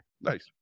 Nice